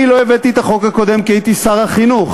אני לא הבאתי את החוק הקודם, כי הייתי שר החינוך.